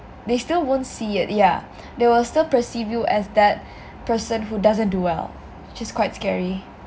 they still won't see it yah there will still perceive you as that person who doesn't do well which is quite scary